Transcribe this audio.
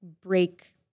break